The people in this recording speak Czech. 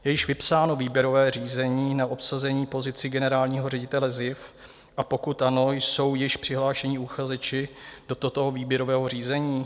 Je již vypsáno výběrové řízení na obsazení pozice generálního ředitele SZIF, a pokud ano, jsou již přihlášeni uchazeči do tohoto výběrového řízení?